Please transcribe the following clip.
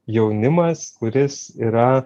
jaunimas kuris yra